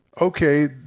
okay